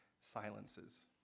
silences